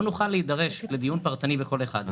לא נוכל להידרש לדיון פרטני בכל אחד.